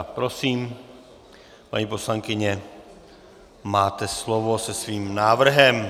Prosím, paní poslankyně, máte slovo se svým návrhem.